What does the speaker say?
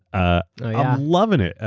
ah i'm loving it. ah